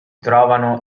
trovano